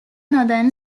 northern